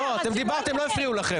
כשאתם דיברתם לא הפריעו לכם.